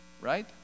Right